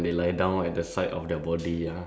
I think ya probably lying down also